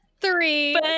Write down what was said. three